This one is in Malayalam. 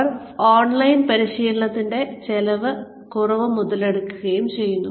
അവർ ഓൺലൈൻ പരിശീലനത്തിന്റെ ചിലവ് കുറവ് മുതലെടുക്കുകയും ചെയ്യുന്നു